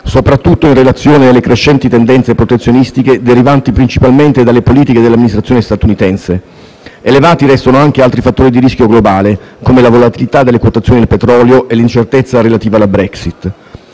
soprattutto in relazione alle crescenti tendenze protezionistiche derivanti principalmente dalle politiche dell'amministrazione statunitense. Elevati restano anche altri fattori di rischio globale, come la volatilità delle quotazioni del petrolio e l'incertezza relativa alla Brexit.